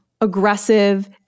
aggressive